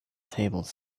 table